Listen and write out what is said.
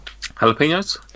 Jalapenos